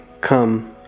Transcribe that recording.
come